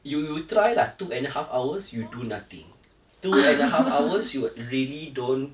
you you try lah two and a half hours you do nothing two and a half hours you really don't